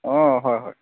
অঁ হয় হয়